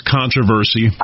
controversy